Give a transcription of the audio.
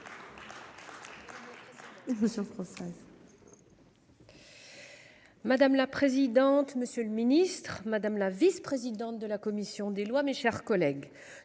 Madame la présidente. Monsieur le Ministre, madame la vice-présidente de la commission des lois, mes chers collègues,